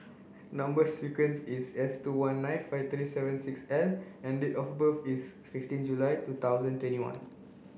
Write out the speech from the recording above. number sequence is S two one nine five three seven six L and date of birth is fifteen July two thousand and twenty one